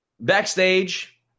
Backstage